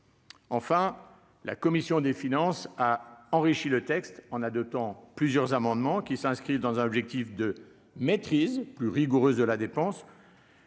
La commission des finances a enrichi le texte, on a de temps plusieurs amendements qui s'inscrivent dans un objectif de maîtrise plus rigoureuse de la dépense.